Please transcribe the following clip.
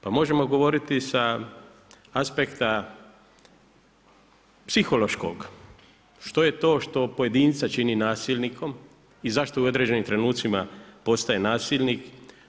Pa možemo govoriti sa aspekta psihološkog, što je to što pojedinca čini nasilnikom i zašto u određenim trenucima postaje nasilnik.